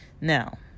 Now